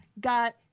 got